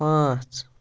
پانٛژ